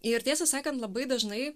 ir tiesą sakant labai dažnai